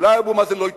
אולי אבו מאזן לא יתפטר,